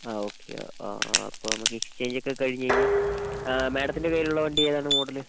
ആ ഓക്കെ ആ അപ്പോൾ നമുക്ക് എക്സ്ചേഞ്ച് ഒക്കെ കഴിഞ്ഞ് കഴിഞ്ഞാൽ മാഡത്തിൻ്റെ കയ്യിലുള്ള വണ്ടി ഏതാണ് മോഡല്